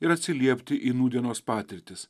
ir atsiliepti į nūdienos patirtis